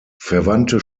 verwandte